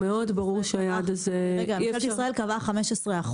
ממשלת ישראל קבעה 15%,